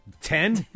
Ten